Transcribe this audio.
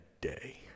day